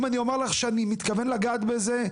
אם אני אומר לך שאני מתכוון לגעת בזה,